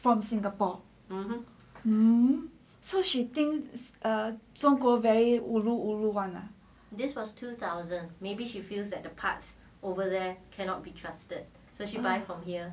from singapore hmm so she think 中国 very ulu ulu [one] ah